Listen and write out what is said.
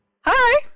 hi